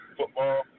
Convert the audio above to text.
football